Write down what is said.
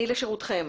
אני לשירותכם.